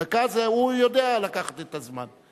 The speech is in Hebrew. דקה, הוא יודע לקחת את הזמן.